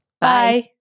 Bye